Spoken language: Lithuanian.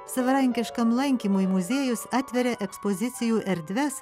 savarankiškam lankymui muziejus atveria ekspozicijų erdves